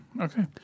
okay